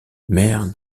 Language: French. maire